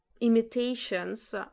imitations